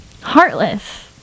heartless